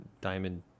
Diamond